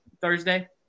Thursday